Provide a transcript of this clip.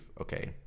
Okay